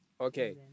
Okay